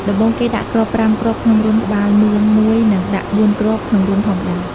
ដំបូង គេដាក់គ្រាប់៥គ្រាប់ ក្នុងរន្ធក្បាលមឿង១ និងដាក់៤គ្រាប់ ក្នុងរន្ធធម្មតា។